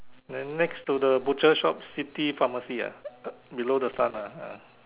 then next to the butcher shop city pharmacy ah below the sun ah ah